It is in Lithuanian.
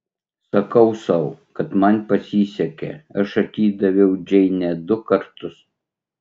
sakau sau kad man pasisekė aš atidaviau džeinę du kartus